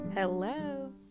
hello